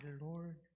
Lord